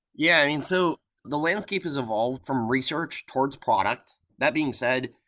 yeah the and so the landscape has evolved from research towards product. that being said,